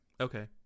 Okay